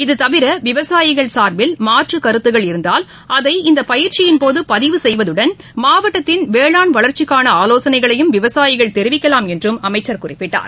இதுதவிரவிவசாயிகள் சார்பில் மாற்றுக்கருத்துக்கள் இருந்தால் அதை இந்தபயிற்சியின்போதுபதிவு செய்வதுடன் மாவட்டத்தின் வேளாண் வளர்ச்சிக்கானஆவோசனைகளையும் விவசாயிகள் தெரிவிக்கலாம் என்றுஅவர் குறிப்பிட்டார்